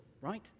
right